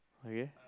okay